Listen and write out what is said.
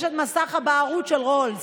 יש את מסך הבערות של רולס,